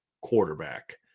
quarterback